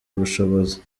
ubushobozi